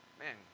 man